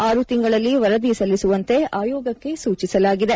ಆರು ತಿಂಗಳಲ್ಲಿ ವರದಿ ಸಲ್ಲಿಸುವಂತೆ ಆಯೋಗಕ್ಕೆ ಸೂಚಿಸಲಾಗಿದೆ